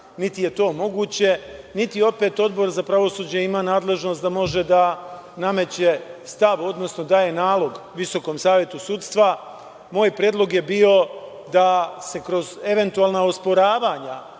niti je to moguće, niti opet Odbor za pravosuđe ima nadležnost da može da nameće stav, odnosno daje nalog Visokom savetu sudstva. Moj predlog je bio da se kroz eventualna osporavanja